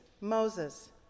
Moses